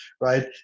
Right